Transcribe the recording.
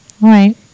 right